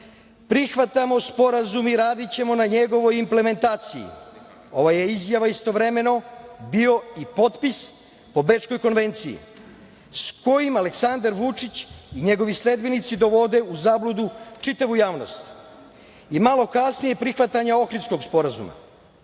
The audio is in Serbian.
„Prihvatamo sporazum i radićemo na njegovoj implementaciji“. Ova je izjava istovremeno bio i potpis po Bečkoj konvenciji, sa kojim Aleksandar Vučić i njegovi sledbenici dovode u zabludu čitavu javnost i malo kasnije prihvatanje Ohridskog sporazuma. Srpska